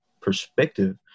perspective